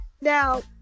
Now